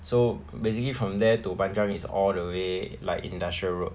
so basically from there to panjang is all the way like industrial road